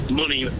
money